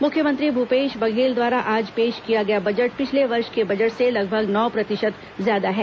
मुख्यमंत्री भूपेश बघेल द्वारा आज पेश किया गया बजट पिछले वर्ष के बजट से लगभग नौ प्रतिशत ज्यादा है